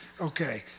Okay